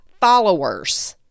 followers